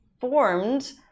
formed